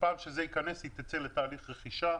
כשזה ייכנס היא תצא לתהליך רכישה.